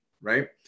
Right